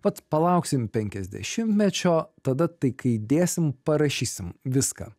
vat palauksim penkiasdešimtmečio tada tai kai dėsim parašysim viską